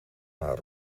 haar